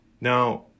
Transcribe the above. Now